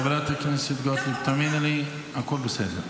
חברת הכנסת גוטליב, תאמיני לי, הכול בסדר.